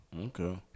Okay